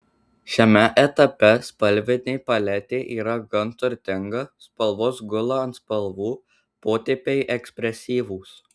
šiame etape spalvinė paletė yra gan turtinga spalvos gula ant spalvų potėpiai ekspresyvūs